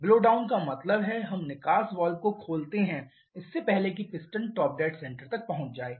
blowdown का मतलब है हम निकास वाल्व को खोलते हैं इससे पहले कि पिस्टन टॉप डैड सेंटर तक पहुंच जाए